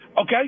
okay